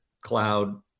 cloud